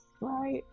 right